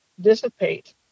dissipate